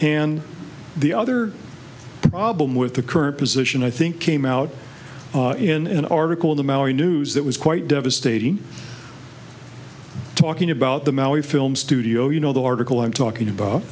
and the other problem with the current position i think came out in an article the maori news that was quite devastating talking about the maui film studio you know the article i'm talking about